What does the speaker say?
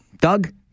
Doug